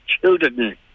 Children